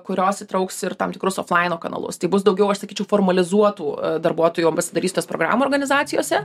kurios įtrauks ir tam tikrus oflaino kanalus tai bus daugiau aš sakyčiau formalizuotų darbuotojų ambasadorystės programų organizacijose